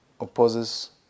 opposes